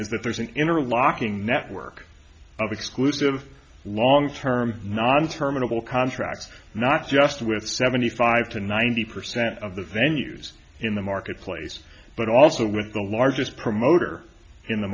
that there's an interlocking network of exclusive long term non terminal contracts not just with seventy five to ninety percent of the venues in the marketplace but also with the largest promoter in the